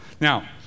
Now